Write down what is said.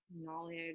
knowledge